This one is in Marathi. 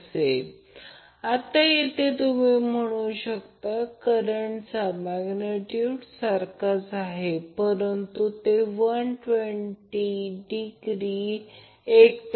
तर मला ते स्पष्ट करू द्या म्हणजे याचा अर्थ माझा Vab VAB √3 Vp angle 30° Vbc साठी देखील समान गोष्ट Vbc VBC √3Vp angle 90o Vca देखील Vca VCA √ 3 Vp अँगल 210°